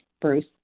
Bruce